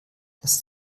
das